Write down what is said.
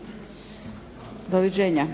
Doviđenja.